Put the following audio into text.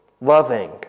loving